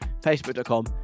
facebook.com